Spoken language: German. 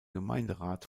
gemeinderat